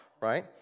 right